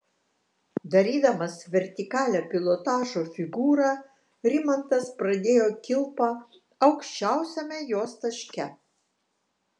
darydamas vertikalią pilotažo figūrą rimantas pradėjo kilpą aukščiausiame jos taške